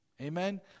Amen